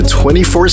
24